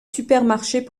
supermarchés